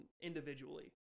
Individually